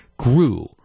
grew